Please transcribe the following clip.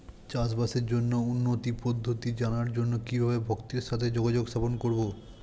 চাষবাসের জন্য উন্নতি পদ্ধতি জানার জন্য কিভাবে ভক্তের সাথে যোগাযোগ স্থাপন করব?